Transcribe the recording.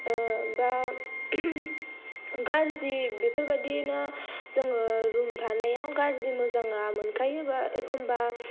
बा गाज्रि बेफोरबादिना जोङो रुम थानायाव गाज्रि मोजांआ मोनखायो बा एखनबा